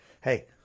hey